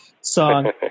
song